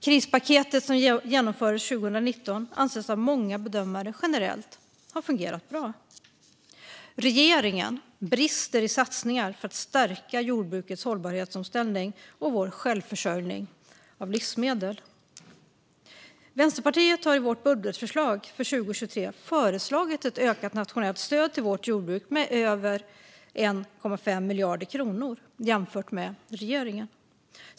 Krispaketet som genomfördes 2019 anses av många bedömare generellt ha fungerat bra. Regeringen brister i satsningar för att stärka jordbrukets hållbarhetsomställning och vår självförsörjning av livsmedel. Vänsterpartiet har i sitt budgetförslag för 2023 föreslagit ett ökat nationellt stöd till jordbruket med över 1,5 miljarder kronor jämfört med regeringen.